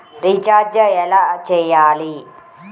Recharge ఎలా చెయ్యాలి?